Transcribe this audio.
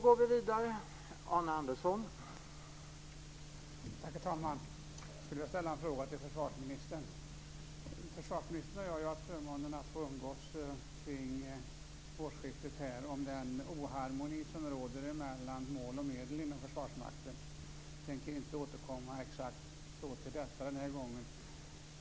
Herr talman! Jag skulle vilja ställa en fråga till försvarsministern. Försvarsministern och jag har ju kring årsskiftet haft förmånen att få umgås när det gäller den disharmoni som råder mellan mål och medel inom Försvarsmakten. Jag tänker inte återkomma så exakt till detta den här gången.